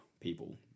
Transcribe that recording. people